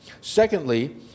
Secondly